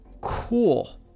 Cool